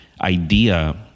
idea